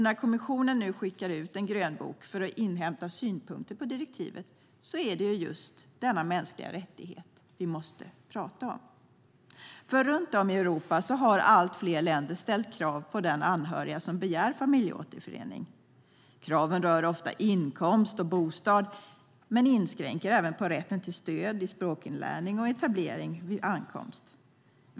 När kommissionen nu skickar ut en grönbok för att inhämta synpunkter på direktivet är det just denna mänskliga rättighet vi måste prata om, för runt om i Europa har allt fler länder ställt krav på den anhöriga som begär familjeåterförening. Kraven rör ofta inkomst och bostad, men inskränker även rätten till stöd i språkinlärning och etablering vid ankomst.